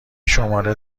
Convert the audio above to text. شماره